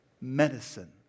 medicine